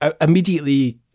immediately